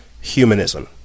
humanism